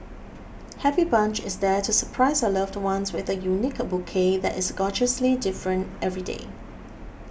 Happy Bunch is there to surprise your loved one with a unique bouquet that is gorgeously different every day